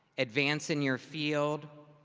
advance in your field,